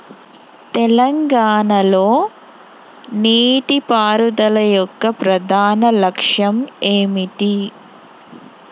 తెలంగాణ లో నీటిపారుదల యొక్క ప్రధాన లక్ష్యం ఏమిటి?